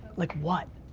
like, what?